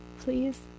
please